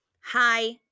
hi